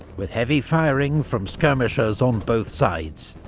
with heavy firing from skirmishers on both sides.